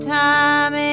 time